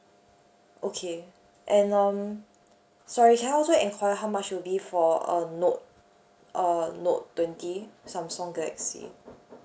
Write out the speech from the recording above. okay and um sorry can I also enquire how much will it be for a note uh note twenty samsung galaxy